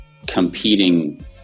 competing